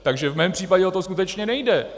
Takže v mém případě o to skutečně nejde.